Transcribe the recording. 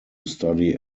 study